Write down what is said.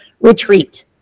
retreat